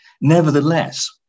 Nevertheless